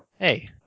hey